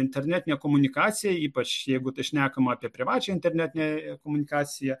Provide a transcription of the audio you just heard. internetinė komunikacija ypač jeigu tai šnekama apie privačią internetinę komunikaciją